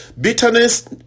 Bitterness